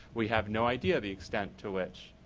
we have no idea the extent to which,